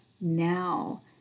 now